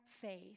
faith